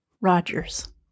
Rogers